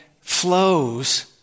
flows